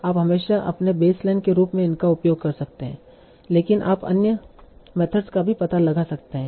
आप हमेशा अपने बेसलाइन के रूप में इनका उपयोग कर सकते हैं लेकिन आप अन्य मेथड्स का भी पता लगा सकते हैं